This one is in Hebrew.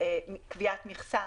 קביעת מכסה